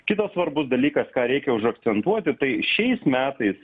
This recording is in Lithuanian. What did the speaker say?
kitas svarbus dalykas ką reikia užakcentuoti tai šiais metais